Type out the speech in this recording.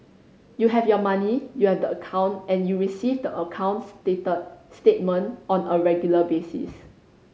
you have your money you have the account and you receive the account statement on a regular basis